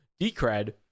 Decred